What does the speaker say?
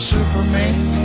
Superman